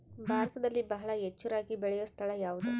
ಭಾರತದಲ್ಲಿ ಬಹಳ ಹೆಚ್ಚು ರಾಗಿ ಬೆಳೆಯೋ ಸ್ಥಳ ಯಾವುದು?